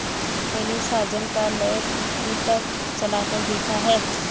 मैने साजन का लैंड इंप्रिंटर चलाकर देखा है